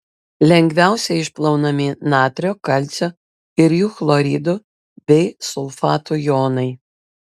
lengviausiai išplaunami natrio kalcio ir jų chloridų bei sulfatų jonai